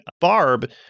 Barb